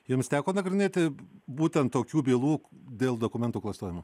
jums teko nagrinėti būtent tokių bylų dėl dokumentų klastojimo